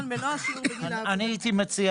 הייתי מציע